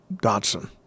Dodson